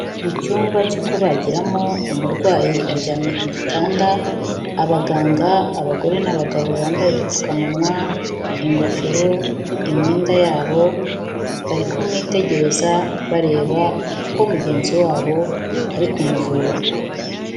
Mu cyumba cyo kubagiramo, umurwayi aryamye ku gitanda, abaganga, abagore n'abagabo bambaye udupfukamunwa, ingofero, imyenda yabo, bari kumwitegereza, bareba uko mugenzi wabo ari kumuvura.